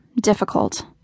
difficult